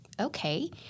okay